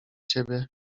ciebie